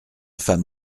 femme